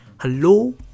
Hello